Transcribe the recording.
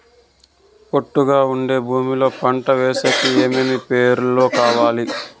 ఒట్టుగా ఉండే భూమి లో పంట వేసేకి ఏమేమి పేపర్లు కావాలి?